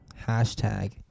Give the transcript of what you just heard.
hashtag